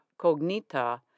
cognita